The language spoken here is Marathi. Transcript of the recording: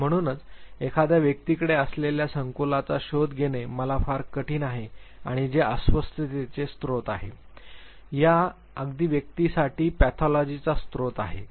आणि म्हणूनच एखाद्या व्यक्तीकडे असलेल्या संकुलांचा शोध घेणे मला फार कठीण आहे आणि जे अस्वस्थतेचे स्रोत आहे या अगदी व्यक्तीसाठी पॅथॉलॉजीचा स्रोत आहे